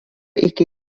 iki